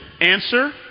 Answer